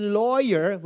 lawyer